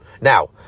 Now